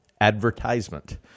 advertisement